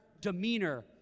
demeanor